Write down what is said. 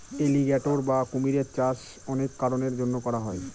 alligator বা কুমিরের চাষ অনেক কারনের জন্য করা হয়